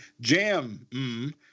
Jam